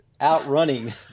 outrunning